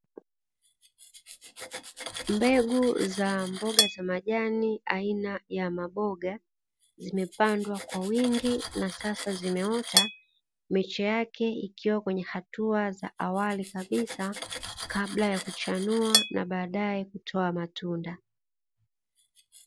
Mbegu za mboga za majani aina ya maboga, zimepandwa kwa wingi na sasa zimeota, miche yake ikiwa kwenye hatua za awali kabisa kabla ya kuchanua na baadae kutoa matunda.